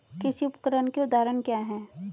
कृषि उपकरण के उदाहरण क्या हैं?